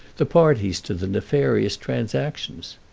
the parties to the nefarious transactions?